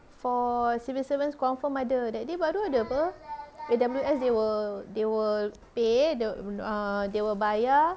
for civil servants confirm ada that day baru ada [pe] A_W_S they will they will pay the err they will bayar